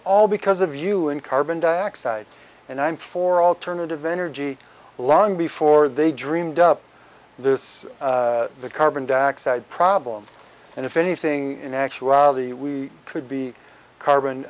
all because of you and carbon dioxide and i'm for alternative energy long before they dreamed up this the carbon dioxide problem and if anything in actuality we could be carbon